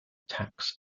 tax